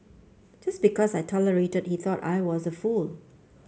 just because I tolerated that he thought I was a fool